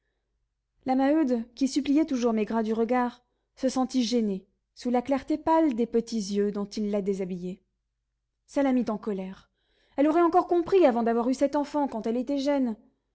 la maheude qui suppliait toujours maigrat du regard se sentit gênée sous la clarté pâle des petits yeux dont il la déshabillait ça la mit en colère elle aurait encore compris avant d'avoir eu sept enfants quand elle était jeune